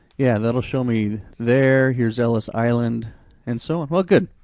yeah, that'll show me there. here's ellis island and so on. well good,